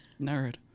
Nerd